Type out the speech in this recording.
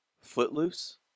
Footloose